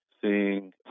seeing